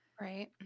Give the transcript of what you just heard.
Right